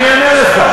אני אענה לך.